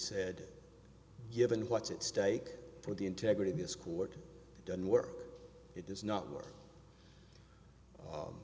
said given what's at stake for the integrity of this court doesn't work it does not work